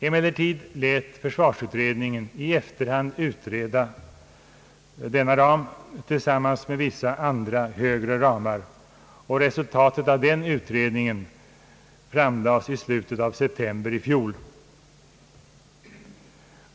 Emellertid lät försvarsutredningen i efterhand utreda denna ram tillsammans med vissa andra högre ramar, och resultatet av denna utredning framlades i slutet av september i fjol.